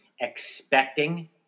expecting